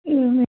हम्म